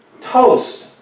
toast